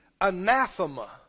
anathema